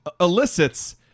elicits